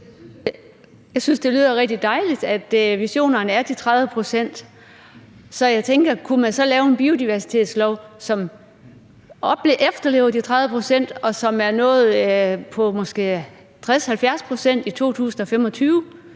Jeg synes, det lyder rigtig dejligt, at visionerne er de 30 pct. Så tænker jeg, om man kunne lave en biodiversitetslov, som efterlever de 30 pct., og som med nogle andre metoder er